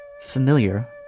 familiar